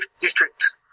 district